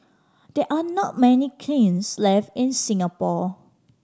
there are not many kilns left in Singapore